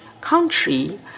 country